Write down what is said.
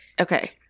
Okay